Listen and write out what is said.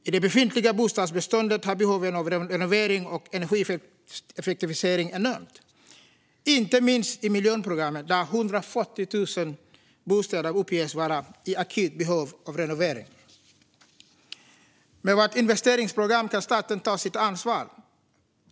I det befintliga bostadsbeståndet är behoven av renovering och energieffektivisering enormt, inte minst i miljonprogrammet där 140 000 bostäder uppges vara i akut behov av renovering. Med vårt investeringsprogram kan staten ta sitt ansvar.